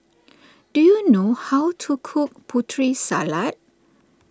do you know how to cook Putri Salad